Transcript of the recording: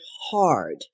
hard